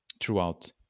throughout